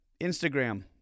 Instagram